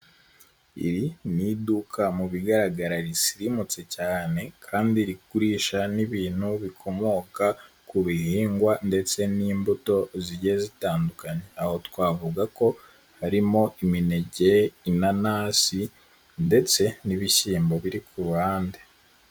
Iri n'iduka mu bigaragara risirimutse cyane kandi rigurisha n'ibintu bikomoka ku bihingwa ndetse n'imbuto zigiye zitandukanyekanye, aho twavuga ko harimo; iminege, inanasi ndetse n'ibishyimbo biri k'uruhande.